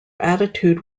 attitude